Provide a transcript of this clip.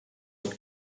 como